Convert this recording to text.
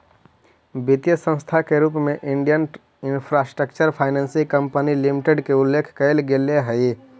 वित्तीय संस्था के रूप में Indian infrastructure finance company limited के उल्लेख कैल गेले हइ